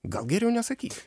gal geriau nesakyt